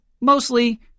mostly